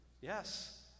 Yes